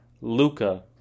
Luca